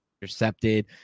intercepted